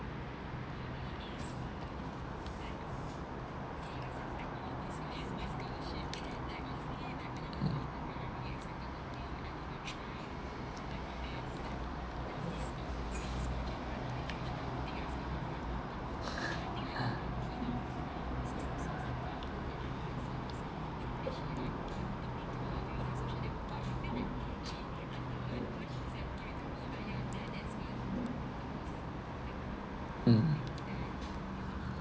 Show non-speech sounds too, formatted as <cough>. <laughs> mm